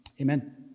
amen